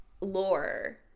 lore